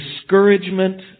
discouragement